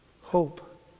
hope